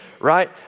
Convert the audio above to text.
right